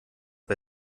bei